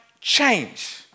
change